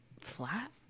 flat